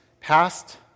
past